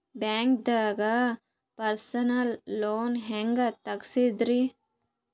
ಬ್ಯಾಂಕ್ದಾಗ personal loan ಹೆಂಗ್ ತಗ್ಸದ್ರಿ?